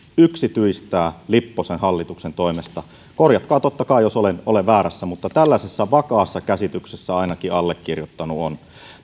yksityistää lipposen hallituksen toimesta korjatkaa totta kai jos olen olen väärässä mutta tällaisessa vakaassa käsityksessä ainakin allekirjoittanut on